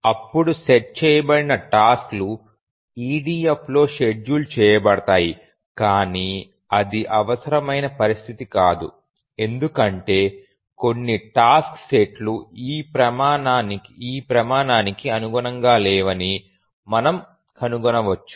అప్పుడు సెట్ చేయబడిన టాస్క్ లు EDFలో షెడ్యూల్ చేయబడతాయి కానీ అది అవసరమైన పరిస్థితి కాదు ఎందుకంటే కొన్ని టాస్క్ సెట్లు ఈ ప్రమాణానికి అనుగుణంగా లేవని మనము కనుగొనవచ్చు